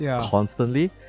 constantly